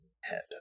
head